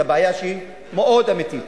בעיה שהיא מאוד אמיתית,